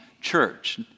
church